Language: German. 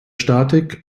statik